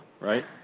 right